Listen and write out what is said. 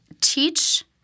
teach